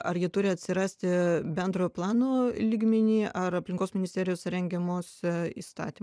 ar jie turi atsirasti bendrojo plano lygmeny ar aplinkos ministerijos rengiamuose įstatym